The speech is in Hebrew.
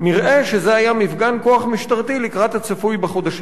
שזה היה מפגן כוח משטרתי לקראת הצפוי בחודשים הבאים.